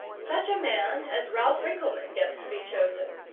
such a man as ralph rinkelmann gets to be chosen.